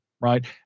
right